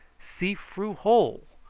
see froo hole.